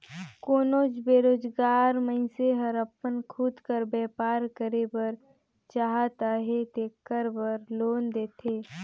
कोनोच बेरोजगार मइनसे हर अपन खुद कर बयपार करे बर चाहत अहे तेकर बर लोन देथे